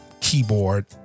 keyboard